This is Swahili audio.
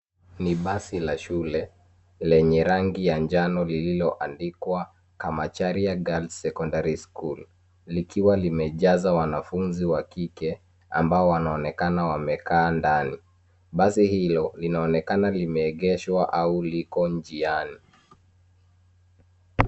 Ni basi la shule , lenye rangi ya njano lililoandikwa KAMACHARIA GIRLS SECONDARY SCHOOL likiwa limejasa wanafunzi wakike ambao wanaonekana wamekaa ndani. Basi hilo linaonekana limeegeshwa au liko njiani.